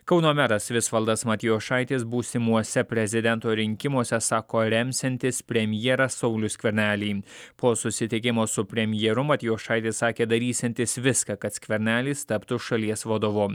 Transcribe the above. kauno meras visvaldas matijošaitis būsimuose prezidento rinkimuose sako remsiantis premjerą saulių skvernelį po susitikimo su premjeru matjošaitis sakė darysiantis viską kad skvernelis taptų šalies vadovu